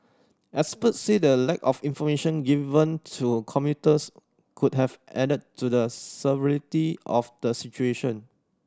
experts said the lack of information given to commuters could have added to the severity of the situation